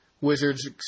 wizards